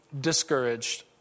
discouraged